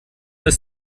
ist